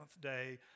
day